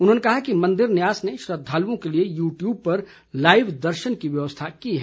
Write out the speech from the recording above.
उन्होंने कहा कि मंदिर न्यास ने श्रद्वालुओं के लिए यू ट्यूब पर लाईव दर्शनों की व्यवस्था की है